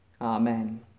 Amen